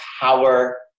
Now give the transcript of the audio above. power